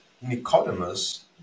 Nicodemus